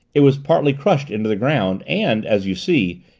it was partly crushed into the ground, and, as you see,